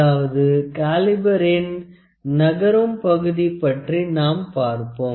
அதாவது காலிபரின் நகரும் பகுதி பற்றி நாம் பார்ப்போம்